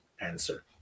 answer